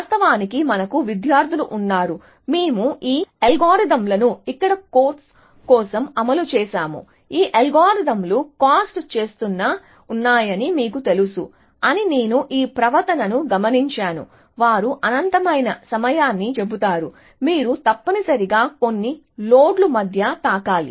వాస్తవానికి మనకు విద్యార్థులు ఉన్నారు మేము ఈ అల్గోరిథంలను ఇక్కడ కోర్సు కోసం అమలు చేసాము ఈ అల్గోరిథంలు కాస్ట్ చేస్తూనే ఉన్నాయని మీకు తెలుసు అని నేను ఈ ప్రవర్తనను గమనించాను వారు అనంతమైన సమయాన్ని చెబుతారు మీరు తప్పనిసరిగా కొన్ని లోడ్ల మధ్య తాకాలి